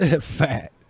fat